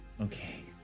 Okay